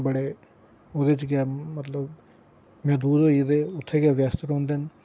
बड़े ओह्दे च गै मतलब मैह्दूद होई गेदे उत्थै गै व्यस्त रौंह्दे न